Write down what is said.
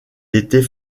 était